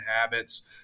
habits